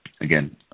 again